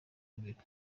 babiri